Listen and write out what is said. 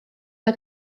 der